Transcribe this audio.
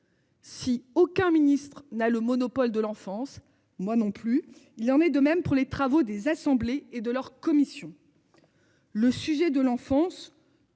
Si aucun ministre n'a le monopole de l'enfance. Moi non plus. Il en est de même pour les travaux des assemblées et de leur commission. Le sujet de l'enfance